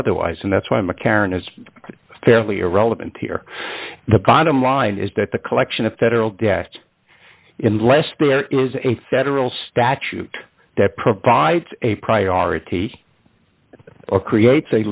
otherwise and that's why mccarren is fairly irrelevant here the bottom line is that the collection of federal debt in less there is a federal statute that provides a priority or create